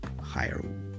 higher